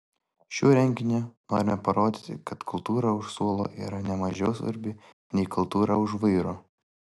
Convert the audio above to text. šiuo renginiu norime parodyti kad kultūra už suolo yra ne mažiau svarbi nei kultūra už vairo